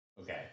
okay